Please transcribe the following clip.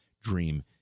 dream